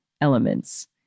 elements